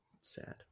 Sad